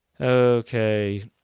Okay